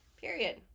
Period